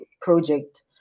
project